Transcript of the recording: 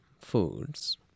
foods